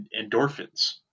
endorphins